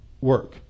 work